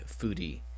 foodie